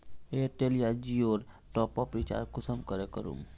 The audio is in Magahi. एयरटेल या जियोर टॉपअप रिचार्ज कुंसम करे करूम?